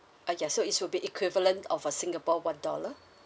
ah ya so it's will be equivalent of a singapore one dollar